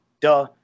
duh